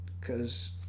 Cause